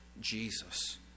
Jesus